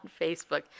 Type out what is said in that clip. Facebook